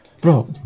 Bro